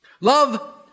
Love